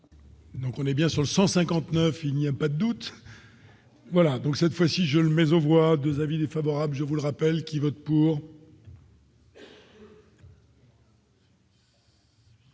Donc on est bien sûr le 159 il n'y a pas d'autres. Voilà donc cette fois-ci je l'mais on voit 2 avis défavorables, je vous le rappelle, qui vote pour.